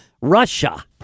russia